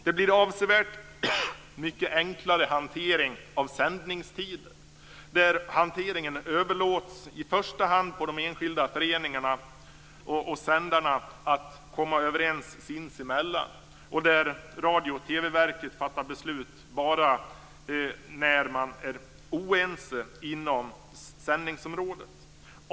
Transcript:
Det blir en avsevärt mycket enklare hantering av sändningstider där handläggningen överlåts i första hand på de enskilda föreningarna och sändarna som får komma överens sinsemellan och där Radio och TV-verket bara fattar beslut när man är oense inom sändningsområdet.